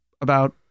about-